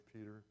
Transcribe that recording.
Peter